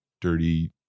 dirty